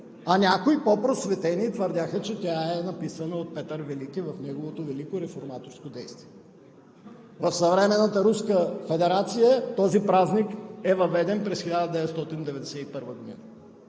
а някои по-просветени твърдяха, че тя е написана от Петър Велики в неговото велико реформаторско действие. В съвременната Руска федерация този празник е въведен през 1991 г.